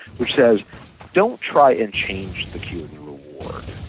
which says don't try and change the cue in your reward.